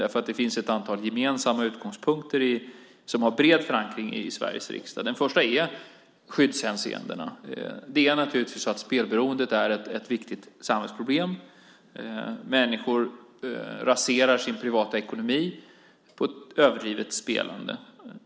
Det finns ett antal gemensamma utgångspunkter som har bred förankring i Sveriges riksdag. Den första är skyddshänseendena. Spelberoendet är ett viktigt samhällsproblem. Människor raserar sin privata ekonomi på ett överdrivet spelande.